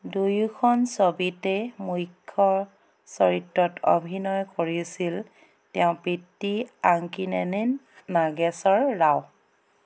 দুয়োখন ছবিতেই মূখ্য চৰিত্ৰত অভিনয় কৰিছিল তেওঁৰ পিতৃ আক্কিনেনি নাগেশ্বৰ ৰাও